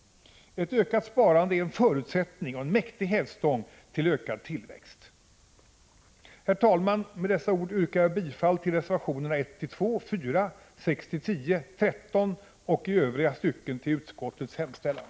Ett ökat sparande är en förutsättning för och en mäktig hävstång till ökad tillväxt! Herr talman! Med dessa ord yrkar jag bifall till reservationerna 1,2, 4,6, 7, 8, 9, 10, 13 och i övriga stycken till utskottets hemställan.